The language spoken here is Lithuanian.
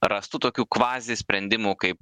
rastų tokių kvazi sprendimų kaip